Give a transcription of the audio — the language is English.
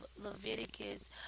Leviticus